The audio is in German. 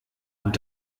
und